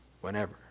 Whenever